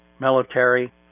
military